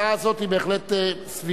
ההצעה הזאת היא בהחלט סבירה,